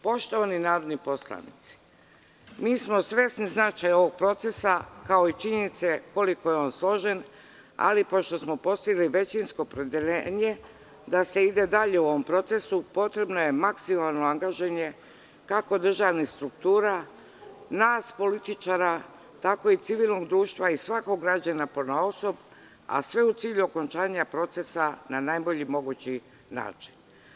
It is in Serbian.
Poštovani narodni poslanici, mi smo svesni značaja ovog procesa, kao i činjenica koliko je on složen, ali pošto smo postigli većinsko opredeljenje da se ide dalje u ovom procesu, potrebno je maksimalno angažovanje kako državnih struktura, nas političara, tako i civilnog društva i svakog građanina ponaosob, a sve u cilju okončanja procesa na najbolji mogući način.